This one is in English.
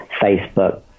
Facebook